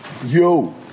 Yo